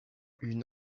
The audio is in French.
une